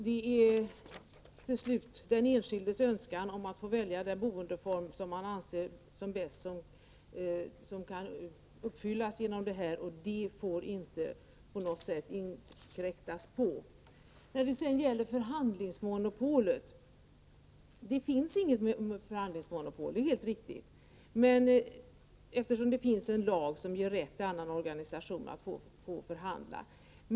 Det gäller till slut den enskildes önskan och rätt att få välja den boendeform som han anser vara bäst, och detta får man inte inkräkta på. När det gäller detta med förhandlingsmonopolet: det finns inget förhandlingsmonopol — det är helt riktigt — eftersom vi har en lag som ger rätt till annan organisation att förhandla.